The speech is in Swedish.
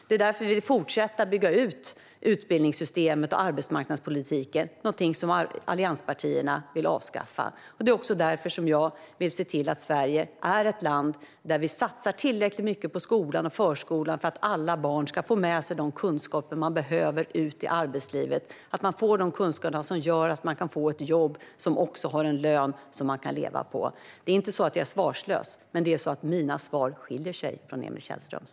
Vi vill därför fortsätta bygga ut utbildningssystemet och arbetsmarknadspolitiken, vilket är något som allianspartierna vill avskaffa. Jag vill också därför se till att Sverige är ett land där vi satsar tillräckligt mycket på skolan och förskolan för att alla barn ska få med sig de kunskaper de behöver ute i arbetslivet. De ska få de kunskaper som gör att de får ett jobb med en lön som man kan leva på. Jag är alltså inte svarslös, men mina svar skiljer sig från Emil Källströms.